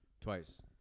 twice